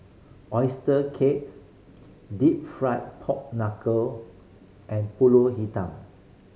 oyster cake Deep Fried Pork Knuckle and Pulut Hitam